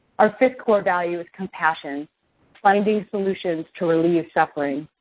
our fifth core value is compassion finding solutions to relieve suffering.